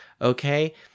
okay